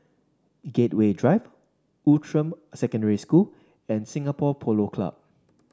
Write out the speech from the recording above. Gateway Drive Outram Secondary School and Singapore Polo Club